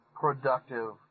productive